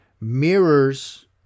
mirrors